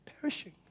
perishing